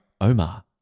Omar